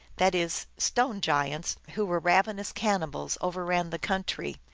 that is, stone giants, who were ravenous cannibals, overran the country,